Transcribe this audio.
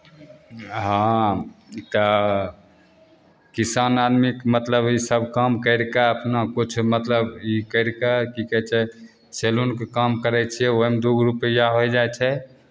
हँ तऽ किसान आदमीके मतलब ईसब काम करिके अपना किछु मतलब ई करिके कि कहै छै सैलूनके काम करै छिए ओहिमे दुइगो रुपैआ होइ जाइ छै